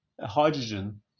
hydrogen